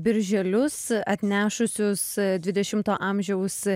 birželius atnešusius dvidešimto amžiaus